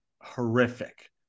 horrific